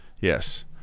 Yes